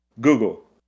Google